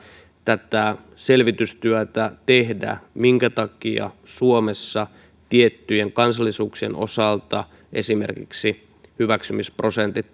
tätä selvitystyötä minkä takia suomessa tiettyjen kansallisuuksien osalta esimerkiksi hyväksymisprosentit